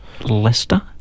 Leicester